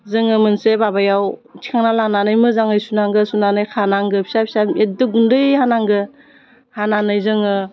जोङो मोनसे माबायाव थिखांना लानानै मोजाङै सुनागो सुनानै खानांगो फिसा फिसा एतथ गुन्दै हानांगौ हानानै जोङो